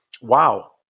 Wow